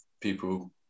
people